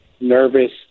nervous